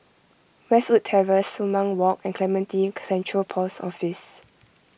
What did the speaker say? Westwood Terrace Sumang Walk and Clementi Central Post Office